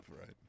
right